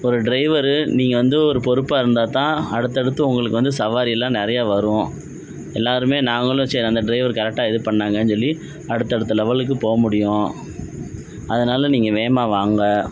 ஒரு ட்ரைவரு நீங்கள் வந்து ஒரு பொறுப்பாக இருந்தால் தான் அடுத்தடுத்து உங்களுக்கு வந்து சவாரியெல்லாம் நிறையா வரும் எல்லாரும் நாங்களும் சேர்ந்து அந்த ட்ரைவரு கரெக்ட்டாக இது பண்ணுனாங்கனு சொல்லி அடுத்தடுத்த லெவெலுக்கு போக முடியும் அதனால் நீங்கள் வேகமாக வாங்க